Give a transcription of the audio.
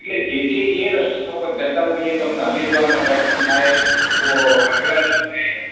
એટલે જે તે એ રસ્તા પર જતાં હોઈએ તમને હરિદ્વારનાં દર્શન થાય વો આગ્રાનું થાય